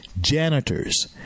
janitors